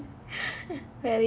very true